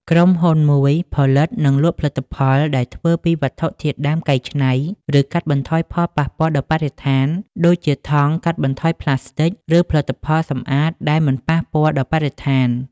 ក្រុមហ៊ុនមួយផលិត និងលក់ផលិតផលដែលធ្វើពីវត្ថុធាតុដើមកែច្នៃ ឬកាត់បន្ថយផលប៉ះពាល់ដល់បរិស្ថាន ដូចជាថង់កាត់បន្ថយប្លាស្ទិក ឬផលិតផលសំអាតដែលមិនប៉ះពាល់ដល់បរិស្ថាន។